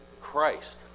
Christ